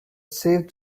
saved